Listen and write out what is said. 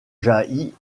jaillit